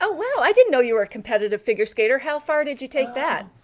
ah wow, i didn't know you were a competitive figure skater. how far did you take that?